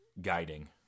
guiding